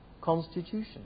constitution